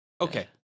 Okay